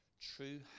True